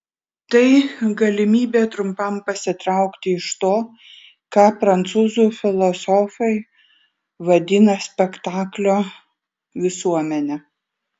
tai galimybė trumpam pasitraukti iš to ką prancūzų filosofai vadina spektaklio visuomene